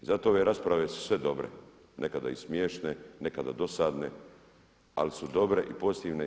Zato ove rasprave su sve dobre, nekada i smiješne, nekada dosadne, ali su dobre i pozitivne.